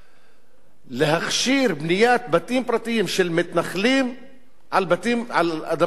להכשיר בניית בתים פרטיים של מתנחלים על אדמה פרטית של פלסטינים,